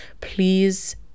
Please